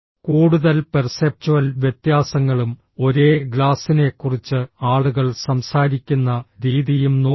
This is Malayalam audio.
കൂടുതൽ പെർസെപ്ച്വൽ വ്യത്യാസങ്ങളും ഒരേ ഗ്ലാസിനെക്കുറിച്ച് ആളുകൾ സംസാരിക്കുന്ന രീതിയും നോക്കുക